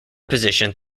position